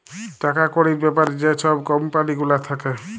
টাকা কড়ির ব্যাপারে যে ছব কম্পালি গুলা থ্যাকে